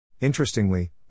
Interestingly